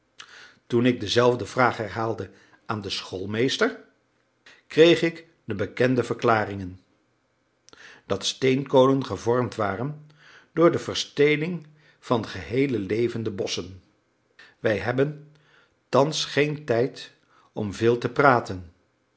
toen ik dezelfde vraag herhaalde aan den schoolmeester kreeg ik de bekende verklaringen dat steenkolen gevormd waren door de versteening van geheele levende bosschen wij hebben thans geen tijd om veel te praten